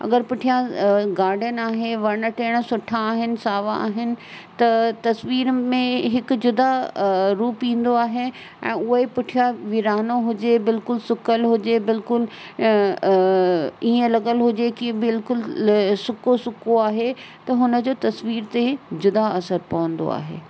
अगर पुठियां गार्डन आहे वणु टिणु सुठा आहिनि सावा आहिनि त तस्वीर में हिक जुदा रुप ईंदो आहे ऐं उहा ई पुठियां वीरानो हुजे बिल्कुलु सुकल हुजे बिल्कुलु इअं लॻल हुजे कि बिल्कुलु सुको सुको आहे त हुनजो तस्वीर ते जुदा असरु पवंदो आहे